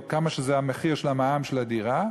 או כמה שזה הסכום של המע"מ על הדירה,